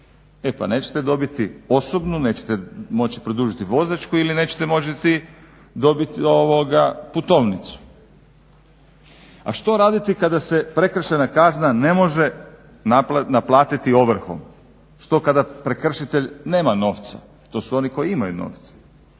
E pa nećete dobiti osobnu, nećete moći produžiti vozačku ili nećete moći dobiti putovnicu. A što raditi kada se prekršajna kazna ne može naplatiti ovrhom? Što kada prekršitelj nema novca? To su oni koji imaju novca.